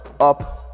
up